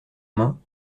main